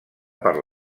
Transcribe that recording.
per